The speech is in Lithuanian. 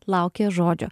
laukė žodžio